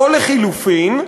או, לחלופין,